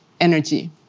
energy